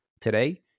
Today